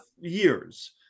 years